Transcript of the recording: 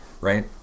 right